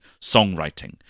songwriting